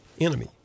enemy